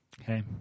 okay